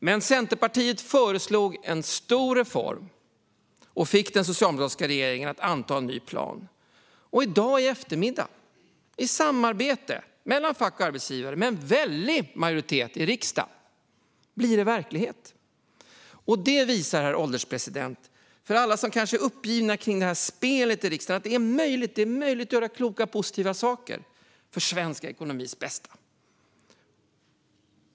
Men Centerpartiet föreslog en stor reform och fick den socialdemokratiska regeringen att anta en ny plan. I dag, i eftermiddag, i samarbete mellan fack och arbetsgivare, med en väldig majoritet i riksdagen blir det verklighet. För alla som kanske är uppgivna av spelet i riksdagen visar detta att det är möjligt att göra kloka och positiva saker för svensk ekonomis bästa.